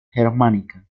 germánica